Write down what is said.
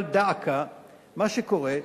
אבל דא עקא, מה שקורה,